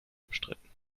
umstritten